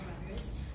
brothers